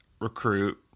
recruit